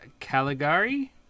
Caligari